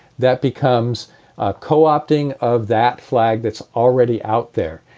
that becomes coopting of that flag that's already out there.